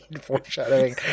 foreshadowing